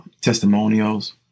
testimonials